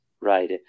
right